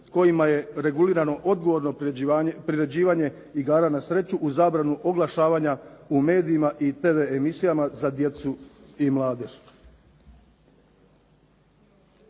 kojima je regulirano odgovorno priređivanje igara na sreću, uz zabranu oglašavanja u medijima i tv emisijama za djecu i mladež.